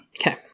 Okay